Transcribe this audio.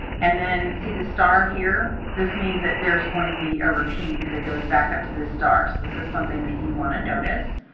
and then see the star here? this means that there's going be a repeat, and that goes back up to this star. so this is something that you want to notice.